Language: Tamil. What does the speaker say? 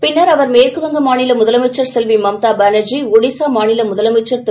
பின்னர் அவர்மேற்குவங்க மாநில முதலமைச்சர் செல்வி மம்தா பானர்ஜி ஒடிசா மாநில முதலமைச்சர் திரு